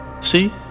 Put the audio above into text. See